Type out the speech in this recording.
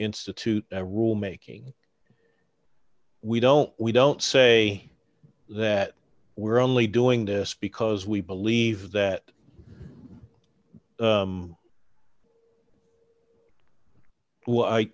institute a rule making we don't we don't say that we're only doing this because we believe that